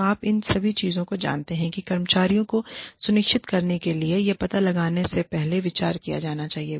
तो आप इन सभी चीजों को जानते हैं कि कर्मचारियों को अनुशासित करने के लिए यह पता लगाने से पहले विचार किया जाना चाहिए